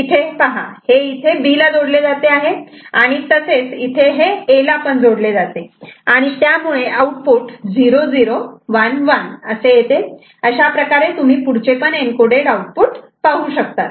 इथे पहा हे इथे B ला जोडले जाते आणि आणि इथे A ला जोडले जाते आणि त्यामुळे आउटपुट 0011 असे येते अशाप्रकारे तुम्ही पुढचे पण एन्कोडेड आउटपुट पाहू शकतात